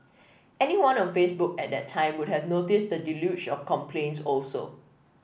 anyone on Facebook at that time would have noticed the deluge of complaints also